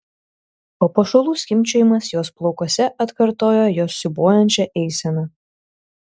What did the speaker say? papuošalų skimbčiojimas jos plaukuose atkartojo jos siūbuojančią eiseną